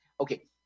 okay